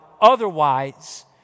otherwise